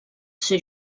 ser